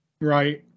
Right